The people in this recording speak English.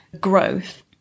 growth